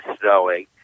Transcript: snowing